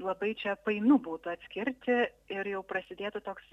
labai čia painu būtų atskirti ir jau prasidėtų toks